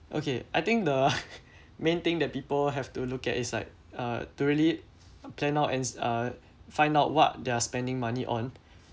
okay I think the main thing that people have to look at is like uh to really plan out and uh find out what they're spending money on